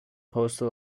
postal